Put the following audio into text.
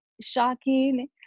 shocking